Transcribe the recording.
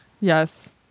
Yes